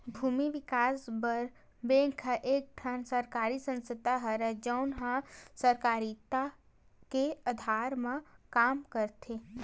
भूमि बिकास बर बेंक ह एक ठन सरकारी संस्था हरय, जउन ह सहकारिता के अधार म काम करथे